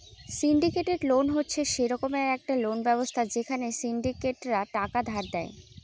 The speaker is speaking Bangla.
সিন্ডিকেটেড লোন হচ্ছে সে রকমের একটা লোন ব্যবস্থা যেখানে সিন্ডিকেটরা টাকা ধার দেয়